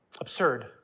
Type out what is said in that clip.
Absurd